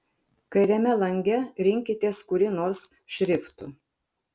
kairiame lange rinkitės kurį nors šriftų